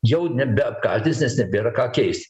jau nebeapkaltins nes nebėra ką keist